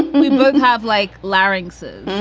we have, like, larynxes.